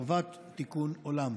לטובת תיקון עולם.